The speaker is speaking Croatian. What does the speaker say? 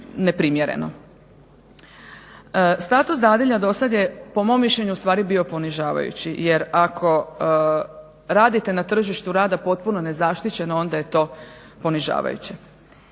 Status dadilja do sad je po mom mišljenju u stvari bio ponižavajući, jer ako radite na tržištu rada potpuno nezaštićeno onda je to ponižavajuće.